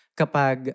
kapag